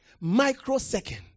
microsecond